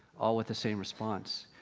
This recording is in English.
all with the same response,